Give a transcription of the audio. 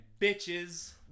bitches